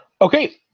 Okay